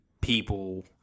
people